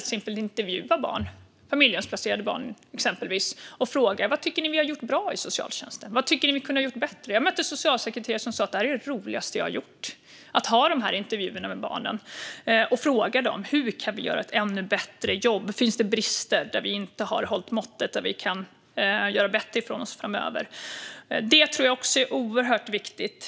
Det handlar om att intervjua barn, exempelvis familjehemsplacerade barn, och fråga dem: Vad tycker ni att vi har gjort bra i socialtjänsten? Och vad tycker ni att vi hade kunnat göra bättre? Jag mötte socialsekreterare som sa att det var det roligaste de hade gjort att ha de här intervjuerna med barnen och fråga dem hur vi kan göra ett ännu bättre jobb. Finns det brister, där vi inte har hållit måttet och där vi kan göra bättre ifrån oss framöver? Det här tror jag är oerhört viktigt.